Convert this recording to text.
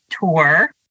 tour